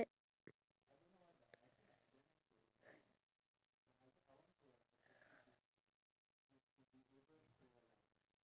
retire given the um what do you call it the age thingy